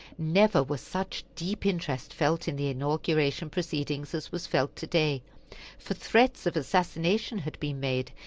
never was such deep interest felt in the inauguration proceedings as was felt today for threats of assassination had been made,